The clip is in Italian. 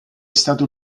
stato